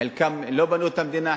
חלקם לא בנו את המדינה,